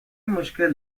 مشکل